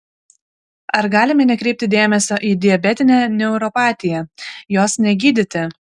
ar galime nekreipti dėmesio į diabetinę neuropatiją jos negydyti